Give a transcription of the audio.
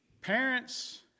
parents